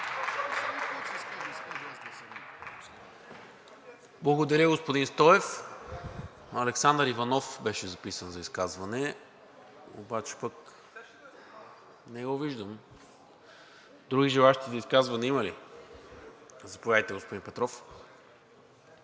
Благодаря, господин Стоев. Александър Иванов беше записан за изказване, обаче не го виждам. Други желаещи за изказване има ли? Заповядайте, господин Петров.